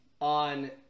On